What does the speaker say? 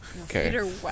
okay